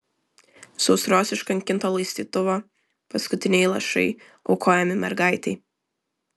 sausros iškankinto laistytuvo paskutiniai lašai aukojami mergaitei